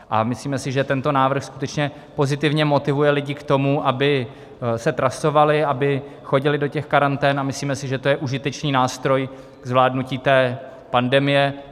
A myslíme si, že tento návrh skutečně pozitivně motivuje lidi k tomu, aby se trasovali, aby chodili do těch karantén, a myslíme si, že to je užitečný nástroj k zvládnutí té pandemie.